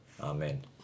Amen